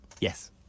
Yes